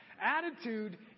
Attitude